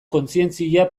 kontzientzia